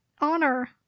Honor